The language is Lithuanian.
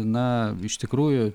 na iš tikrųjų